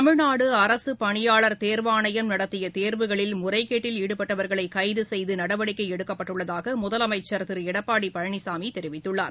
தமிழ்நாடு அரசுப் பணியாளர் தேர்வாணையம் நடத்திய தேர்வுகளில் முறைகேட்டில் ஈடுபட்டவர்களை கைது செய்து நடவடிக்கை எடுக்கப்பட்டுள்ளதாக முதலமைச்சர் திரு எடப்பாடி பழனிசாமி தெரிவித்துள்ளார்